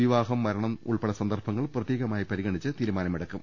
വിവാഹം മരണം ഉൾപെടെ സന്ദർഭങ്ങൾ പ്രത്യേകമായി പരിഗണിച്ച് തീരുമാനിക്കും